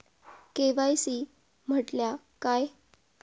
KYC म्हटल्या काय?